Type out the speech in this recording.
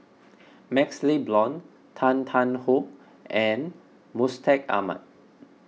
MaxLe Blond Tan Tarn How and Mustaq Ahmad